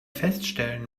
feststellen